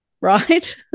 right